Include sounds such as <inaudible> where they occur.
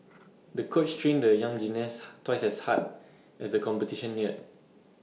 the coach trained the young gymnast <noise> twice as hard as the competition neared